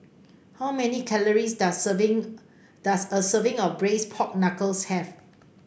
how many calories does serving does a serving of Braised Pork Knuckles have